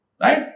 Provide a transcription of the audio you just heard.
right